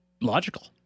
logical